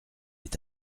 est